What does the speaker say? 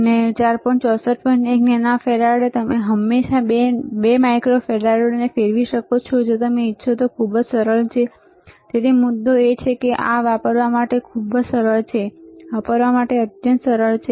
one nano farad તમે હંમેશા 2 માઇક્રોફારાડને ફેરવી કરી શકો છો જો તમે ઇચ્છો તો તે ખૂબ જ સરળ છે તેથી મુદ્દો એ છે કે આ વાપરવા માટે ખૂબ જ સરળ છે વાપરવા માટે અત્યંત સરળ છે બરાબર